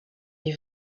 est